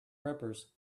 rippers